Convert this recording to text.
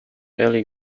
eli